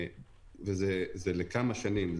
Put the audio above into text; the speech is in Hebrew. וזה לכמה שנים,